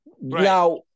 Now